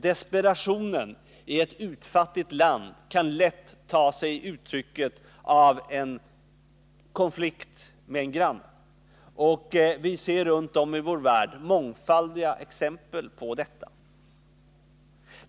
Desperationen i ett utfattigt land kan lätt ta sig uttryck i en konflikt med en granne. Vi ser runt om i vår värld många exempel på detta.